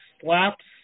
slaps